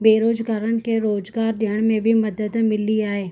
बेरोज़गारनि खे रोज़गारु ॾियण में बि मदद मिली आहे